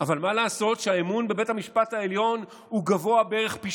אבל מה לעשות שהאמון בבית המשפט העליון הוא גבוה בערך פי